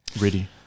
ready